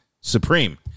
supreme